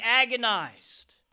agonized